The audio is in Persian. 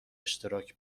اشتراک